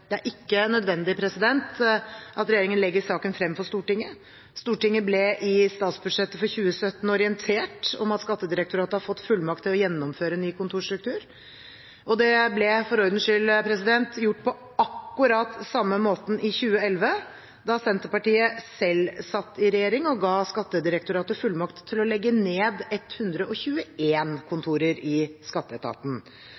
Det er ikke nødvendig at regjeringen legger saken frem for Stortinget. Stortinget ble i statsbudsjettet for 2017 orientert om at Skattedirektoratet har fått fullmakt til å gjennomføre ny kontorstruktur, og det ble for ordens skyld gjort på akkurat samme måten i 2011, da Senterpartiet selv satt i regjering og ga Skattedirektoratet fullmakt til å legge ned